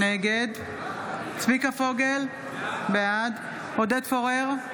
נגד צביקה פוגל, בעד עודד פורר,